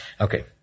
Okay